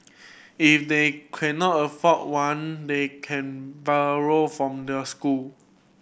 if they cannot afford one they can borrow from the school